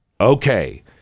okay